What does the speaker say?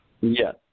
Yes